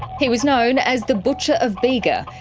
he was known as the butcher of bega,